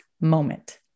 moment